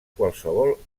qualsevol